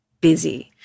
busy